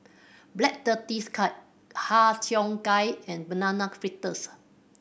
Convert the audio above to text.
Black Tortoise Cake Har Cheong Gai and Banana Fritters